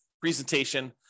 presentation